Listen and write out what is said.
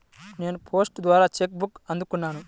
నేను పోస్ట్ ద్వారా నా చెక్ బుక్ని అందుకున్నాను